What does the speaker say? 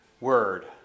word